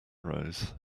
rose